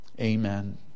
Amen